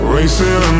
Racing